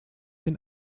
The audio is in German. den